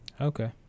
Okay